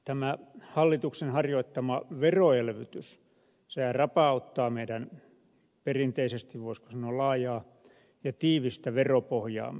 tämä hallituksen harjoittama veroelvytys sehän rapauttaa meidän perinteisesti voisiko sanoa laajaa ja tiivistä veropohjaamme